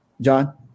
John